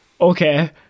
okay